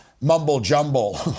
mumble-jumble